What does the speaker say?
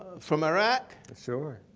from iraq. sure.